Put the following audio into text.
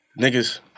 Niggas